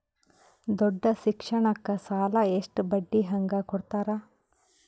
ದೊಡ್ಡ ಶಿಕ್ಷಣಕ್ಕ ಸಾಲ ಎಷ್ಟ ಬಡ್ಡಿ ಹಂಗ ಕೊಡ್ತಾರ?